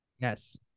Yes